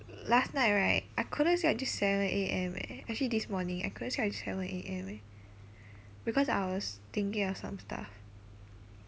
last night right I couldn't sleep until seven A_M eh actually this morning I couldn't sleep until seven A_M eh because I was thinking of some stuff